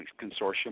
Consortium